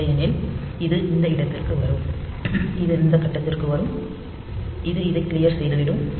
இல்லையெனில் இது இந்த இடத்திற்கு வரும் இது இந்த கட்டத்திற்கு வரும் இது இதை க்ளியர் செய்துவிடும்